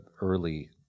early